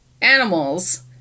animals